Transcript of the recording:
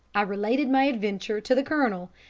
i related my adventure to the colonel,